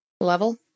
Level